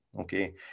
okay